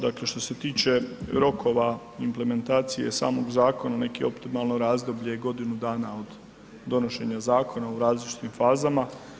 Dakle što se tiče rokova implementacije samog zakona neki optimalno razdoblje je godinu dana od donošenja zakona u različitim fazama.